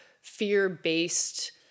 fear-based